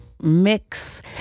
mix